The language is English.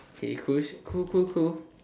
okay cool cool cool cool